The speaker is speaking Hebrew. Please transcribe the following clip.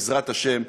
בעזרת השם,